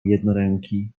jednoręki